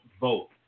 vote